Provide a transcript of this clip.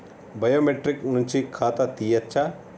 Biometric నుంచి ఖాతా తీయచ్చా?